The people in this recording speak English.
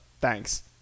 Thanks